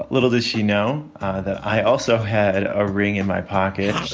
little does she know that i also had a ring in my pocket